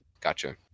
Gotcha